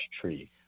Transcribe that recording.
tree